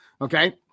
Okay